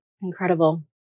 Incredible